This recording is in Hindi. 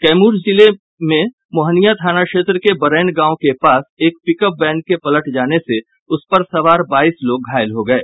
कैमूर जिले में मोहनिया थाना क्षेत्र के बरैन गांव के पास एक पिकअप वैन के पलट जाने से उस पर सवार बाईस लोग घायल हो गये